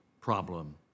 problem